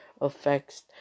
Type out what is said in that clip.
affects